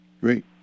Great